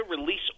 release